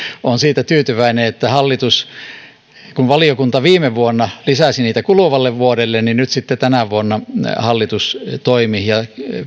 olen siitä tyytyväinen että kun valiokunta viime vuonna lisäsi niitä kuluvalle vuodelle niin nyt sitten tänä vuonna hallitus toimi ja